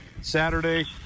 Saturday